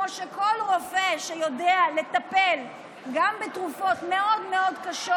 שכל רופא שיודע לטפל גם בתרופות מאוד מאוד קשות,